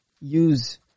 use